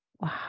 Wow